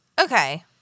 Okay